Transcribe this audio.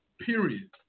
period